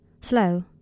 Slow